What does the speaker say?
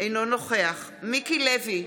אינו נוכח מיקי לוי,